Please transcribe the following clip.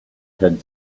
had